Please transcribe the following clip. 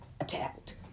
attacked